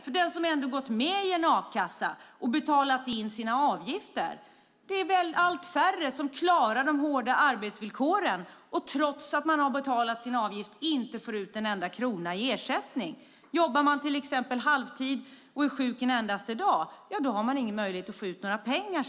Allt färre av dem som gått med i en a-kassa och betalat in sina avgifter klarar de hårda arbetsvillkoren. Trots att man betalat sin avgift får man inte ut en enda krona i ersättning. Jobbar man till exempel halvtid och är sjuk en endaste dag har man ingen möjlighet att sedan få ut några pengar.